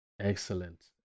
Excellent